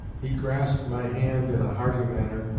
he grasped my hand in a hearty manner,